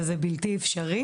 זה בלתי אפשרי.